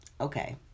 Okay